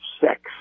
sex